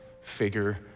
figure